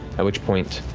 at which point,